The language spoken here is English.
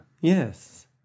Yes